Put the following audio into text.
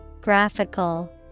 Graphical